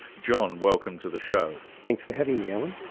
john, welcome to the show. thanks for having me, alan.